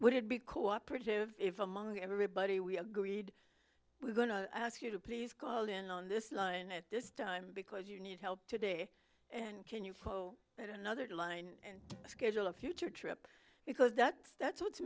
would it be cooperative if among everybody we agreed we're going to ask you to please call in on this line at this time because you need help today and can you get another line and schedule a future trip because that's that's what's